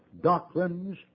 doctrines